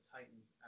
Titans